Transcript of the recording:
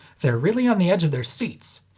they're really on the edge of their seats.